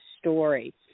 story